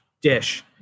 dish